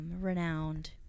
renowned